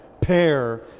pair